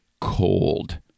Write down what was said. cold